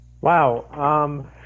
Wow